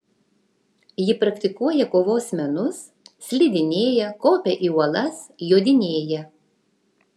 ji praktikuoja kovos menus slidinėja kopia į uolas jodinėja